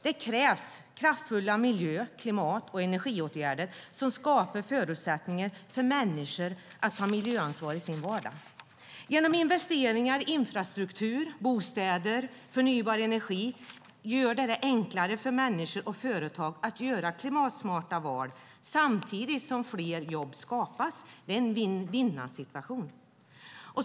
Det krävs kraftfulla miljö-, klimat och energiåtgärder som skapar förutsättningar för människor att ta miljöansvar i sin vardag. Genom investeringar i infrastruktur, bostäder och förnybar energi blir det enklare för människor och företag att göra klimatsmarta val samtidigt som fler jobb skapas. Det är en vinna-vinna-situation.